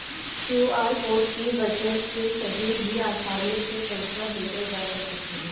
QR code के वजह से कही भी आसानी से पईसा भेजल जा सकत हवे